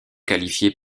qualifiée